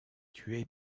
tués